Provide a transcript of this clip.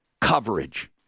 coverage